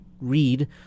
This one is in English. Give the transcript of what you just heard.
read